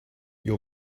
your